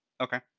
Okay